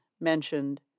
mentioned